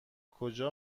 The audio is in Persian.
کجا